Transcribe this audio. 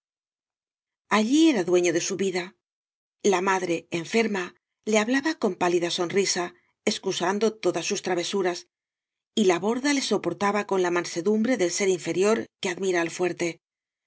allí era dueño de su vida la madre enferma le hablaba con pálida sonrisa excusando todas sus travesuras y la borda le soportaba con la mansedumbre del ser inferior que admira al fuerte